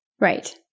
Right